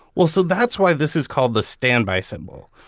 well, so that's why this is called the standby symbol.